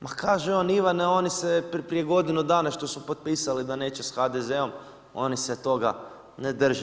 Ma kaže on Ivane oni se prije godinu dana što su potpisali da neće sa HDZ-om oni se toga ne drže.